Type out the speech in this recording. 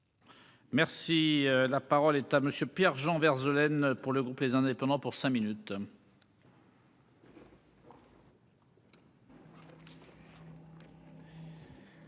Merci la parole est à monsieur Pierre Jean Verzeaux laine pour le groupe les indépendants pour cinq minutes.